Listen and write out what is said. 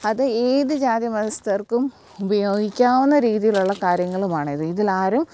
അത് ഏത് ജാതി മതസ്ഥർക്കും ഉപയോഗിക്കാവുന്ന രീതിയിലുള്ള കാര്യങ്ങളുമാണ് ഇത് ഇതിൽ ആരും